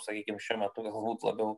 sakykim šiuo metu galbūt labiau